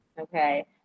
okay